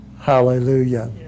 Hallelujah